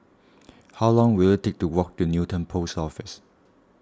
how long will it take to walk to Newton Post Office